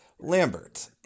Lambert